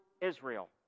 Israel